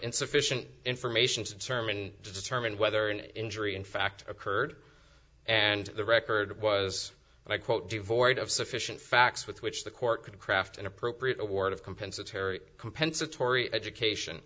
insufficient information to determine just herman whether an injury in fact occurred and the record was and i quote devoid of sufficient facts with which the court could craft an appropriate award of compensatory compensatory education